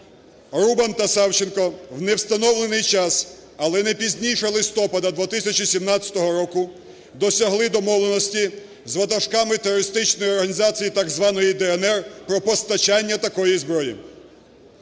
Рубан та Савченко в невстановлений час, але не пізніше листопада 2017 року, досягли домовленості з ватажками терористичної організації, так званої "ДНР" про постачання такої зброї.